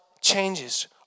changes